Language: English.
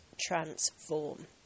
transform